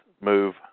move